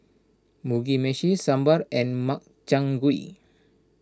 Mugi Meshi Sambar and Makchang Gui